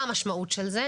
מה המשמעות של זה?